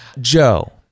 Joe